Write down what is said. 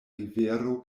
rivero